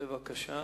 בבקשה.